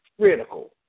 critical